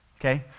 okay